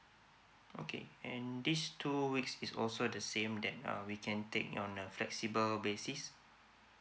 okay and this two weeks is also the same that um we can take on a flexible basis